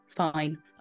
Fine